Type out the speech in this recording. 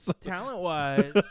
talent-wise